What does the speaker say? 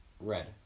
red